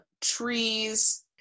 trees